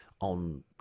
on